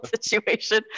situation